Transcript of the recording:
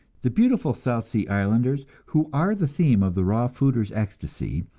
the beautiful south sea islanders, who are the theme of the raw fooders' ecstasy,